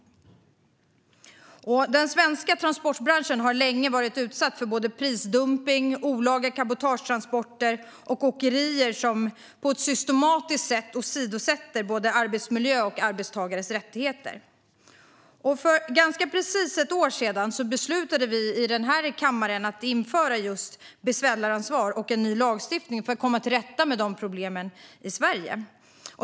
Den svenska transportbranschen har länge varit utsatt för prisdumpning, olaga cabotagetransporter och åkerier som på ett systematiskt sätt åsidosätter både arbetsmiljö och arbetstagares rättigheter. För ganska precis ett år sedan beslutade vi i den här kammaren om att införa beställaransvar och en ny lagstiftning för att komma till rätta med problemen i Sverige.